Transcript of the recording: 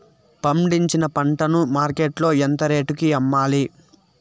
పండించిన పంట ను మార్కెట్ లో ఎంత రేటుకి అమ్మాలి?